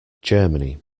germany